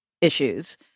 issues